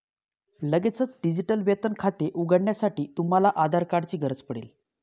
लगेचच डिजिटल वेतन खाते उघडण्यासाठी, तुम्हाला आधार कार्ड ची गरज पडेल